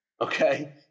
okay